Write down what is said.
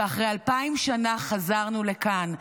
ואחרי אלפיים שנה חזרנו לכאן.